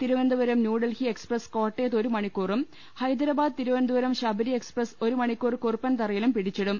Thiruvananthapuram New Delhi express കോട്ടയത്ത് ഒരു മണിക്കൂറും ഹൈദരബാ ദ് തിരുവനന്തപുരം ശബരി എക്സ്പ്രസ് ഒരു മണിക്കൂർ കുറു പ്പൻതറയിലും പിടിച്ചിടും